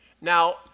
Now